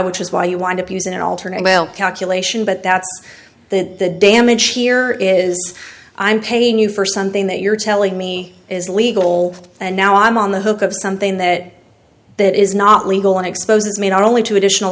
which is why you wind up using an alternate bail calculation but that's that the damage here is i'm paying you for something that you're telling me is legal and now i'm on the hook of something that that is not legal and exposes me not only to additional